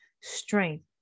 strength